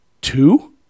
two